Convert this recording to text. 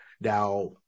now